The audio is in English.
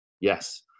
Yes